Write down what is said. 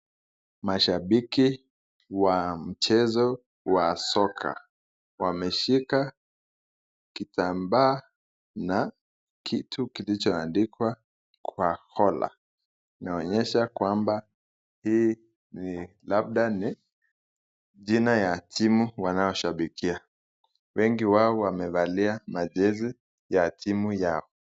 Mashabiki wa mchezo wa soka wameshika kitambaa na kitu kilichoandikwa kwa hola inaonyesha kwamba hii labda ni jina ya timu wanayo shabikia. Wengi wao wamevalia majezi ya timu yao.